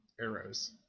arrows